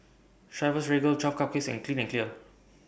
Chivas Regal twelve Cupcakes and Clean and Clear